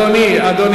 אדוני, אדוני.